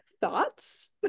Thoughts